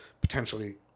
potentially